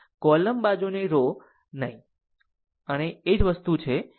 column બાજુની row ઓ નહીં પણ તે જ વસ્તુ છે